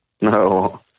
No